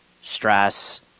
stress